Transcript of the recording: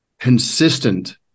consistent